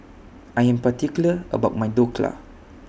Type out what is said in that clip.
I Am particular about My Dhokla